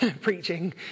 preaching